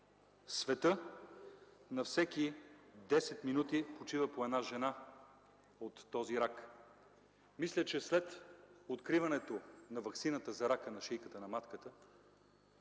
– на всеки 10 минути, в света умира по една жена от този рак. Мисля, че след откриването на ваксината за рака на шийката на матката